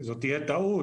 זאת תהיה טעות,